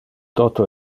toto